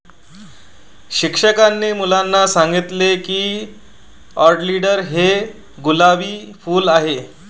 शिक्षकांनी मुलांना सांगितले की ऑलिंडर हे गुलाबी फूल आहे